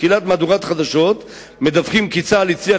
בתחילת מהדורת חדשות מדווחים כי צה"ל הצליח